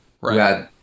Right